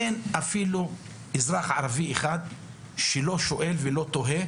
אז אין אפילו אזרח ערבי אחד שלא שואל ולא תוהה